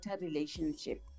relationship